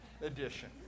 edition